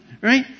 Right